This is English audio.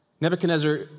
Nebuchadnezzar